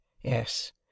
Yes